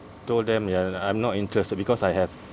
told them ya I'm not interested because I have